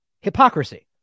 hypocrisy